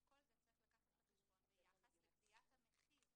ואת כל זה צריך לקחת בחשבון ביחס לקביעת המחיר.